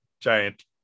giant